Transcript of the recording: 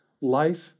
life